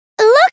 Look